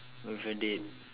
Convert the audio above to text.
with a date